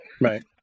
Right